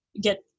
get